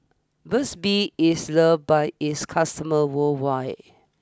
Burt's Bee is loved by its customers worldwide